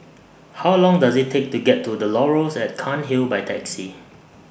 How Long Does IT Take to get to The Laurels At Cairnhill By Taxi